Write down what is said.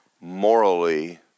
morally